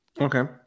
Okay